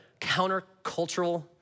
countercultural